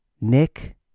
Nick